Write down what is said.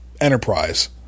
enterprise